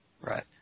Right